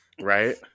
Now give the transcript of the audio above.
Right